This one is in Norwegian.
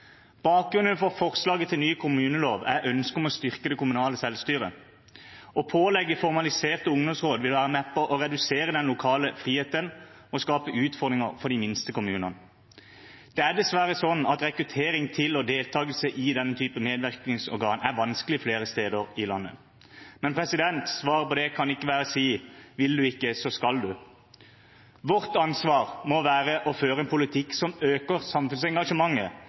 Bakgrunnen for forslaget til ny kommunelov er ønsket om å styrke det kommunale selvstyret. Å pålegge formaliserte ungdomsråd vil være med på å redusere den lokale friheten og skape utfordringer for de minste kommunene. Det er dessverre sånn at rekruttering til og deltakelse i denne typen medvirkningsorgan er vanskelig flere steder i landet. Men svaret på det kan ikke være å si: Vil du ikke, så skal du. Vårt ansvar må være å føre en politikk som øker samfunnsengasjementet,